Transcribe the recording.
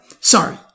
Sorry